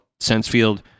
sensefield